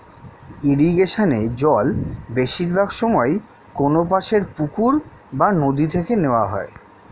ইরিগেশনে জল বেশিরভাগ সময়ে কোনপাশের পুকুর বা নদি থেকে নেওয়া হয়